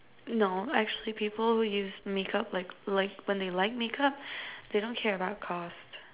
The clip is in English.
no actually people who use makeup like like when they like makeup they don't care about cost